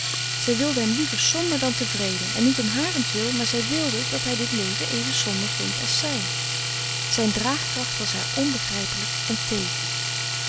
zij wilde hem liever somber dan tevreden en niet om harentwil maar zij wilde dat hij dit leven even somber vond als zij zijn draagkracht was haar onbegrijpelijk en tegen